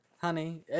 honey